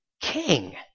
King